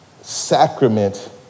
sacrament